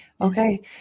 Okay